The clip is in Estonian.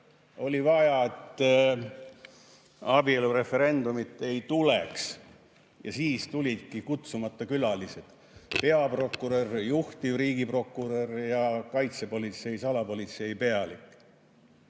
Oli vaja, et abielureferendumit ei tuleks. Ja siis tulidki kutsumata külalised: peaprokurör, juhtiv riigiprokurör ja kaitsepolitsei salapolitseipealik